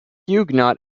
huguenot